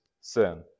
sin